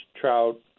trout